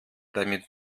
damit